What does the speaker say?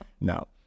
No